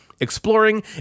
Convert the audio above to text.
exploring